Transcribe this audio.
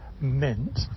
meant